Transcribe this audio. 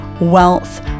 wealth